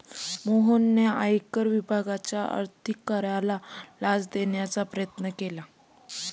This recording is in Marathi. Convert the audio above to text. मोहनने आयकर विभागाच्या अधिकाऱ्याला लाच देण्याचा प्रयत्न केला